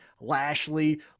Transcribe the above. Lashley